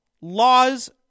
laws